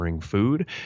food